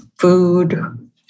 food